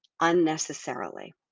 unnecessarily